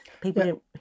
People